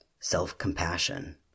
Self-compassion